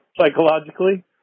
psychologically